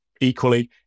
Equally